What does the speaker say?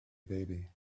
baby